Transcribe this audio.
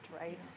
right